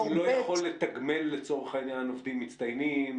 אני לא יכול לתגמל לצורך העניין עובדים מצטיינים.